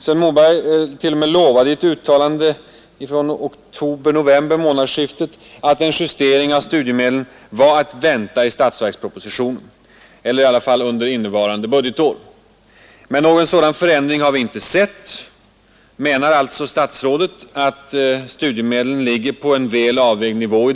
Statsrådet t.o.m. lovade i ett uttalande i månadsskiftet oktober november att en justering av studiemedlen var att vänta i statsverkspropositionen eller i varje fall under innevarande budgetår. Men någon sådan förändring har vi inte sett. Menar alltså statsrådet att studiemedlen i dag ligger på en väl avvägd nivå?